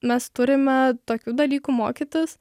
mes turime tokių dalykų mokytis